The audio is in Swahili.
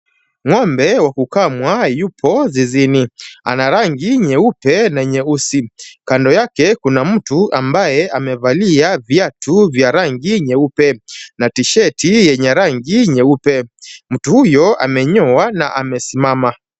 Ng'ombe wa kukamwa yupo zizini. Ana rangi nyeupe na nyeusi. Kando yake kuna mtu ambaye amevalia viatu vya rangi nyeupe na tishati yenye rangi nyeupe. Mtu huyo amenyoa na amesimama.